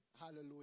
Hallelujah